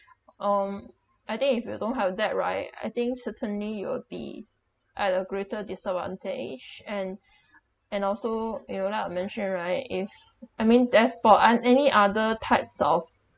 um I think if you don't have that right I think certainly you will be at a greater disadvantage and and also you know like I mentioned right if I mean death pe~ and any other types of